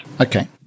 Okay